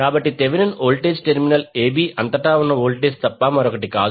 కాబట్టి Thevenin voltage terminal a b అంతటా ఉన్న వోల్టేజ్ తప్ప మరొకటి కాదు